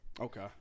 Okay